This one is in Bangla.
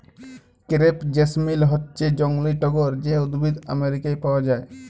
ক্রেপ জেসমিল হচ্যে জংলী টগর যে উদ্ভিদ আমেরিকায় পাওয়া যায়